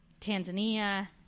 Tanzania